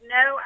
no